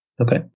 Okay